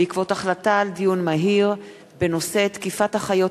בעקבות דיון מהיר בנושא: תקיפת אחיות